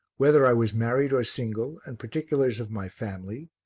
whether i was married or single and particulars of my family,